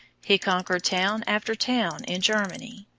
he conquered town after town in germany.